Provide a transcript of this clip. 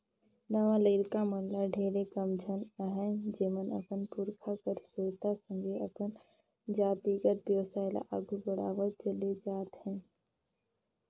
नावा लरिका मन में ढेरे कम झन अहें जेमन अपन पुरखा कर सुरता संघे अपन जातिगत बेवसाय ल आघु बढ़ावत चले जात अहें